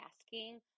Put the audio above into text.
asking